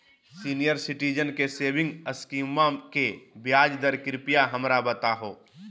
senior citizen के saving स्कीमवा के ब्याज दर कृपया हमरा बताहो